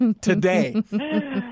today